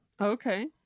Okay